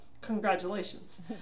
congratulations